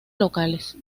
locales